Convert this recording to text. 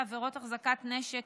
בעבירות החזקת נשק,